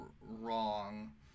wrong